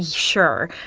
sure,